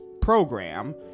program